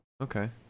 Okay